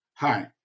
Hi